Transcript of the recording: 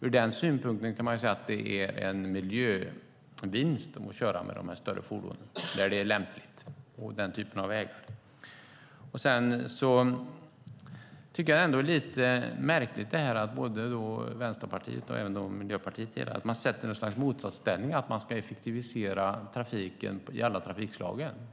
Ur den synpunkten kan man säga att det är en miljövinst att köra med de större fordonen, där det är lämpligt, på den typen av vägar. Sedan tycker jag att det är lite märkligt att både Vänsterpartiet och Miljöpartiet sätter det i något slags motsatsställning, att man ska effektivisera trafiken i alla trafikslag.